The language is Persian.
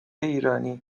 ایرانی